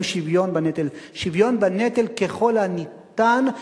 "שוויון בנטל": "שוויון בנטל ככל הניתן",